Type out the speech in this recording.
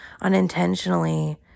unintentionally